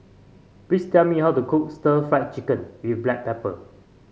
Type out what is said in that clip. please tell me how to cook Stir Fried Chicken with Black Pepper